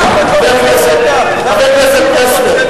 מי נמנע?